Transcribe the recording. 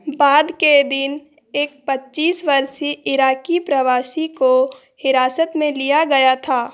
बाद के दिन एक पच्चीस वर्षीय इराक़ी प्रवासी को हिरासत में लिया गया था